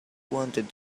wanted